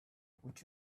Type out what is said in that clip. would